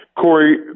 Corey